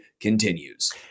continues